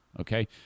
Okay